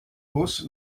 bus